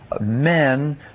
men